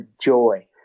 joy